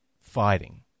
fighting